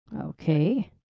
Okay